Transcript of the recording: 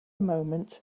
moment